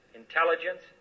intelligence